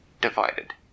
divided